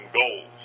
goals